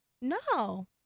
No